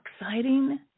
exciting